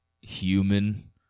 human